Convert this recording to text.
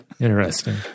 Interesting